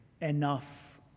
enough